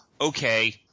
okay